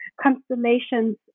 constellations